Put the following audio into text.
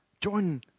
Join